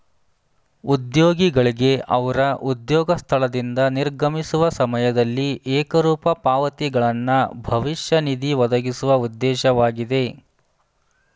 ಉದ್ಯೋಗಿಗಳ್ಗೆ ಅವ್ರ ಉದ್ಯೋಗ ಸ್ಥಳದಿಂದ ನಿರ್ಗಮಿಸುವ ಸಮಯದಲ್ಲಿ ಏಕರೂಪ ಪಾವತಿಗಳನ್ನ ಭವಿಷ್ಯ ನಿಧಿ ಒದಗಿಸುವ ಉದ್ದೇಶವಾಗಿದೆ